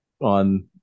on